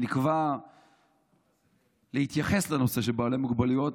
שנקבע להתייחס בו לנושא של בעלי מוגבלויות,